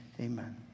amen